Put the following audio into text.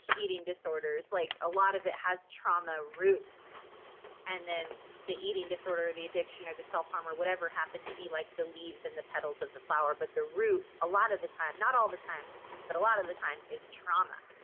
eating disorders like a lot of it has trauma roots and then the eating disorder, the addiction or the self-harm or whatever happened to be like the leaves and the petals of the flower but the root a lot of the time not all the time but a lot of the time is trauma.